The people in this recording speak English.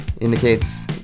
indicates